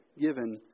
given